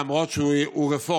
למרות שהוא רפורמי,